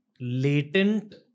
latent